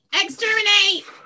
Exterminate